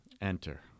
enter